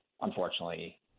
unfortunately